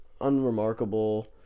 unremarkable